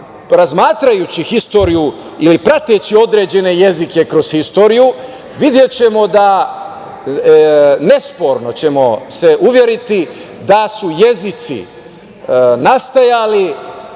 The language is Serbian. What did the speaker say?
razmatrajući istoriju ili prateći određene jezike kroz istoriju, videćemo da, nesporno ćemo se uveriti da su jezici nastajali,